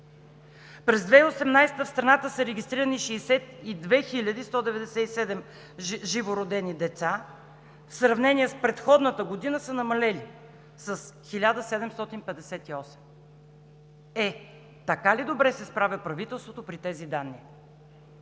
През 2018 г. в страната са регистрирани 62 197 живородени деца, в сравнение с предходната година са намалели с 1758. Е, така ли добре се справя правителството при тези данни?!